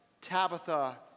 Tabitha